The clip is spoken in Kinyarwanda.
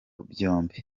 byombi